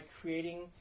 creating